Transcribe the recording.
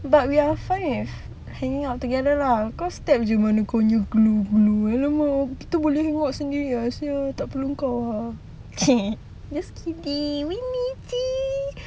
but we are fine with hanging out together lah kau step jer mana kau punya glue glue !alamak! kita boleh hang out sendiri lah !chey! just kidding